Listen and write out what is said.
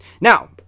now